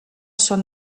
són